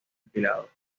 afilado